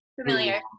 Familiar